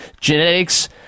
genetics